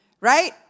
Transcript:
right